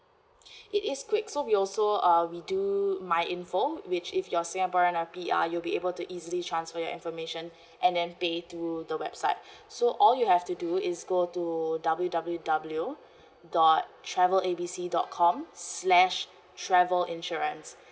it is quick so we also uh we do myinfo which if you're singaporean or P_R you'll be able to easily transfer your information and then pay to the website so all you have to do is go to W_W_W dot travel A B C dot com slash travel insurance